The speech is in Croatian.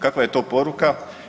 Kakva je to poruka?